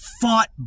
fought